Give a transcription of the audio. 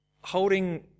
holding